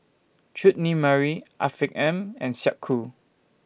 Chutney Mary Afiq M and Snek Ku